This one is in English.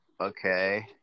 okay